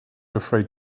afraid